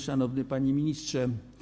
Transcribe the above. Szanowny Panie Ministrze!